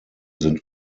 sind